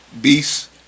beasts